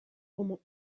roman